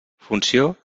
funció